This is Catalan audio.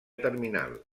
terminal